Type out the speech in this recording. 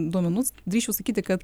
duomenų drįsčiau sakyti kad